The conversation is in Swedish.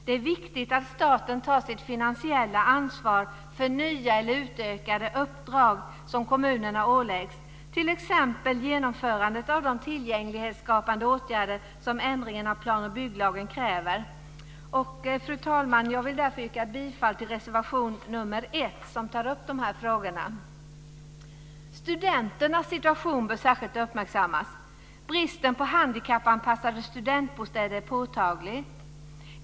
Det är viktigt att staten tar sitt finansiella ansvar för nya eller utökade uppdrag som kommunerna åläggs, t.ex. genomförandet av de tillgänglighetsskapande åtgärder som ändringen av plan och bygglagen kräver. Fru talman! Jag vill därför yrka bifall till reservation nr 1, som tar upp dessa frågor. Studenternas situation bör särskilt uppmärksammas. Bristen på handikappanpassade studentbostäder är påtaglig.